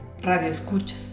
radioescuchas